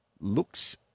looks